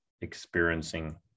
experiencing